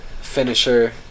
finisher